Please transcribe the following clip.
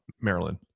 Maryland